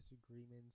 disagreements